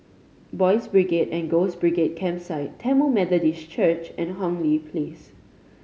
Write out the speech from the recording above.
Boys' Brigade and Girls' Brigade Campsite Tamil Methodist Church and Hong Lee Place